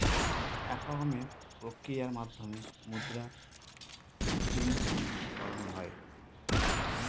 এক রকমের প্রক্রিয়ার মাধ্যমে মুদ্রা চেন্জ করানো হয়